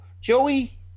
Joey